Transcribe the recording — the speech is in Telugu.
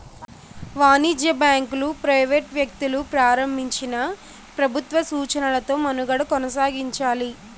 వాణిజ్య బ్యాంకులు ప్రైవేట్ వ్యక్తులు ప్రారంభించినా ప్రభుత్వ సూచనలతో మనుగడ కొనసాగించాలి